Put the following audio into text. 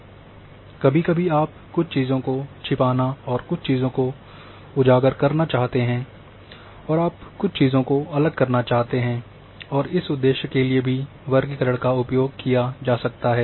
कभी कभी आप कुछ चीज़ों को छिपाना और कुछ चीज़ों को उजागर करना चाहते हैं और आप कुछ चीज़ों को अलग करना चाहते हैं और इस उद्देश्य के लिए भी वर्गीकरण का उपयोग किया जा सकता है